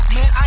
Man